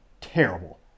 terrible